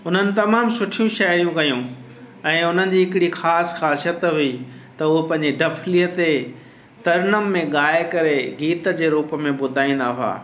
हुननि तमामु सुठी शायरियूं कयूं ऐं उन्हनि जी हिकिड़ी ख़ासि खासियतु हुई त हू पंहिंजी ढफ़लीअ ते तरुनमु में ॻाए करे गीत जे रूप में ॿुधाईंदा हुआ